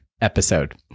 episode